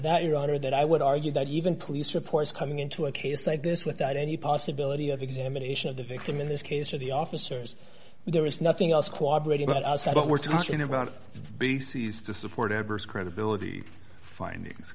that your honor that i would argue that even police reports coming into a case like this without any possibility of exam imitation of the victim in this case are the officers there is nothing else cooperated what i said what we're talking about bases to support ebbers credibility findings